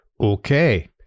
Okay